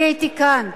אני הייתי כאן.